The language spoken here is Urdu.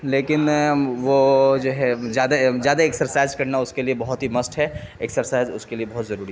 لیکن وہ جو ہے زیادہ زیادہ ایکسرسائز کرنا اس کے لیے بہت ہی مسٹ ہے ایکسرسائز اس کے لیے بہت ضروری